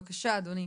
בבקשה, אדוני.